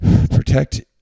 protect